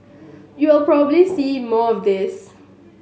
you'll probably see more of this